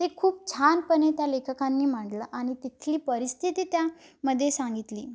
ते खूप छानपणे त्या लेखकांनी मांडलं आणि तिथली परिस्थिती त्या मध्ये सांगितली